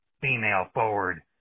female-forward